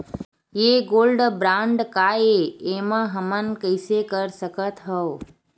ये gold bond काय ए एमा हमन कइसे कर सकत हव?